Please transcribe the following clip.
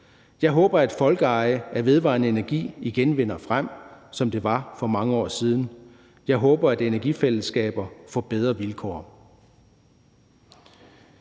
Jeg håber, at folkeeje af vedvarende energi igen vinder frem, som det var for mange år siden. Jeg håber, at energifællesskaber får bedre vilkår.